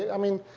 i mean,